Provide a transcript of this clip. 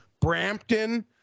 Brampton